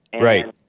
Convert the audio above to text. Right